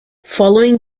following